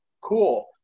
Cool